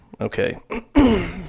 okay